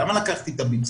למה לקחתי את הביצוע?